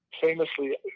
famously